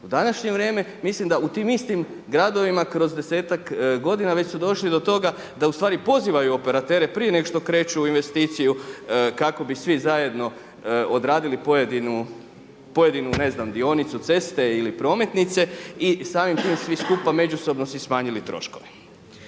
U današnje vrijeme mislim da u tim istim gradovima kroz desetak godina već su došli do toga da ustvari pozivaju operatere prije nego što kreću u investiciju kako bi svi zajedno odradili pojedinu dionicu ceste ili prometnice. I samim tim svi skupa međusobno si smanjili troškove.